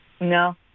No